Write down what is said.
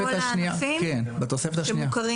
על כול הענפים שמוכרים?